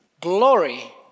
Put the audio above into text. glory